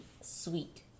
sweet